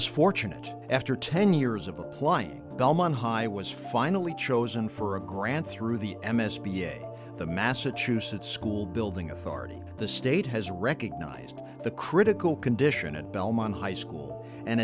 is fortunate after ten years of applying delmon high i was finally chosen for a grant through the m s p a the massachusetts school building authority the state has recognised the critical condition at belmont high school and